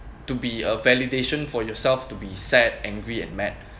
to be a validation for yourself to be sad angry and mad